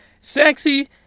sexy